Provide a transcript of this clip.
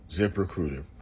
ZipRecruiter